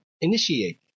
Initiate